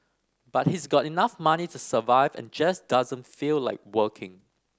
but he's got enough money to survive and just doesn't feel like working